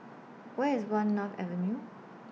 Where IS one North Avenue